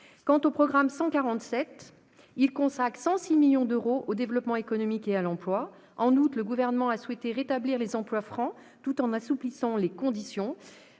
ville. Le programme 147 consacre 106 millions d'euros au développement économique et à l'emploi. En outre, le Gouvernement a souhaité rétablir les emplois francs tout en en assouplissant les conditions.